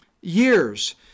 years